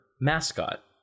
mascot